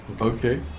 Okay